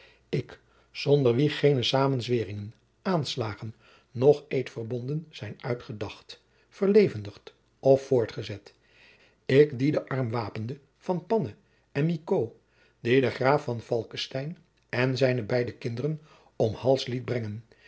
ik zonder wien geene samenzweeringen aanslagen noch eedverbonden zijn uitgedacht verlevendigd of voortgezet ik die den arm wapende van panne en micault die den graaf van falckestein en zijne beide kinderen om hals liet brengen